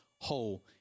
whole